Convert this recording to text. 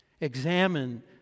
Examine